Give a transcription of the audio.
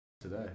today